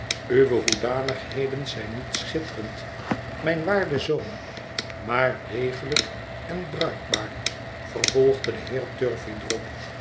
uwe hoedanigheden zijn niet schitterend mijn waarde zoon maar degelijk en bruikbaar vervolgde de heer